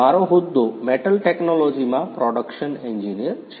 મારો હોદ્દો મેટલ ટેકનોલોજીમાં પ્રોડક્શન એન્જિનિયર છે